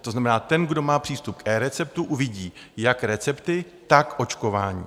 To znamená, ten, kdo má přístup k eReceptu, uvidí jak recepty, tak očkování.